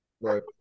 Right